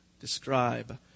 describe